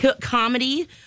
comedy